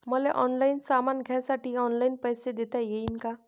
मले ऑनलाईन सामान घ्यासाठी ऑनलाईन पैसे देता येईन का?